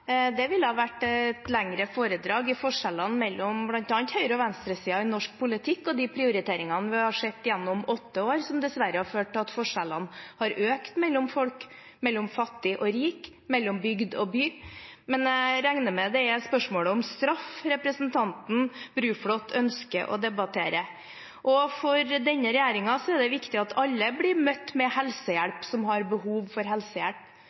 Det ville vært et lengre foredrag i forskjellene mellom bl.a. høyre- og venstresiden i norsk politikk og de prioriteringene vi har sett gjennom åtte år, som dessverre har ført til at forskjellene har økt mellom folk, mellom fattig og rik, mellom bygd og by. Men jeg regner med det er spørsmålet om straff representanten Bruflot ønsker å debattere. For denne regjeringen er det viktig at alle som har behov for helsehjelp, blir møtt med